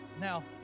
Now